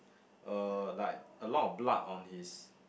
uh like a lot of blood on his